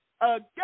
again